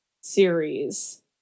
series